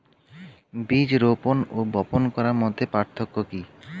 বীজ রোপন ও বপন করার মধ্যে পার্থক্য কি?